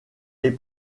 les